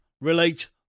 relate